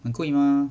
很贵吗